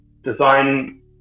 design